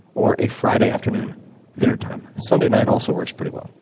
or a friday afternoon their time. sunday night also works pretty well.